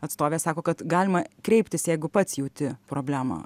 atstovė sako kad galima kreiptis jeigu pats jauti problemą